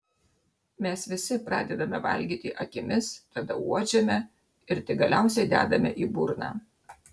mes visi pradedame valgyti akimis tada uodžiame ir tik galiausiai dedame į burną